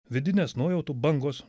vidinės nuojautų bangos